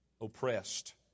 oppressed